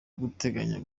bateganya